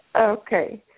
Okay